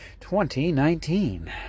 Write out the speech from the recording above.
2019